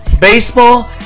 Baseball